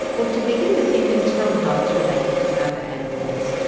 well, to begin with you can tell how it's related to other animals,